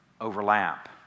overlap